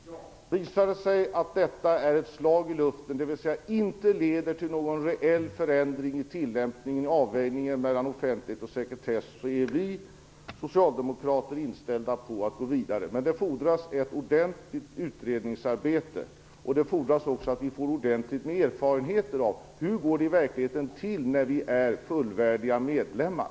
Herr talman! Ja, visar det sig att detta är ett slag i luften, dvs. inte leder till någon reell förändring i tillämpningen mellan avvägningen av offentlighet och sekretess, är vi socialdemokrater inställda på att gå vidare. Men för detta fordras ett grundligt utredningsarbete och även att vi får ordentliga erfarenheter av hur det i verkligheten går till när vi har blivit fullvärdiga medlemmar.